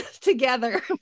together